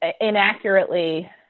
inaccurately